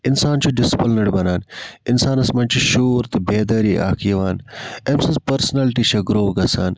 اِنسان چھُ ڈِسپلنڑ بَنان اِنسانَس مَنٛز چھ شعور تہٕ بے دٲری اکھ یِوان امہ سٕنٛز پرسنیلٹی چھِ گرو گَژھان